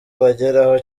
bageraho